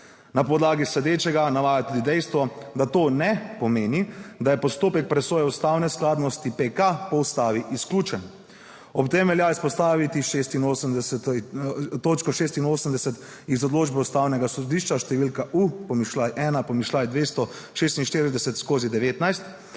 Na podlagi sledečega navaja tudi dejstvo, da to ne pomeni, da je postopek presoje ustavne skladnosti PK po ustavi izključen. Ob tem velja izpostaviti točko 86 iz odločbe Ustavnega sodišča, številka U-1-246/19,